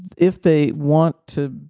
if they want to